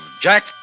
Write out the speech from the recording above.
Jack